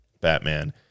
Batman